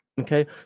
okay